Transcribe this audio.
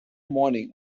morning